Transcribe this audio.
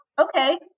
okay